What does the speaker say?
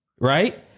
right